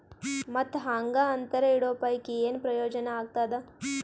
ಮತ್ತ್ ಹಾಂಗಾ ಅಂತರ ಇಡೋ ಪೈಕಿ, ಏನ್ ಪ್ರಯೋಜನ ಆಗ್ತಾದ?